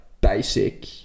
basic